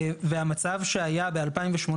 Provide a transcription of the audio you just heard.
והמצב שהיה ב-2018,